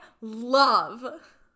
love